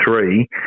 three